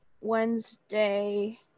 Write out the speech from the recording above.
Wednesday